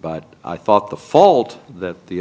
but i thought the fault that the